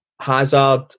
Hazard